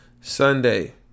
Sunday